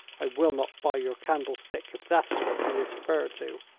i will not buy your candlestick, if that is what you refer to,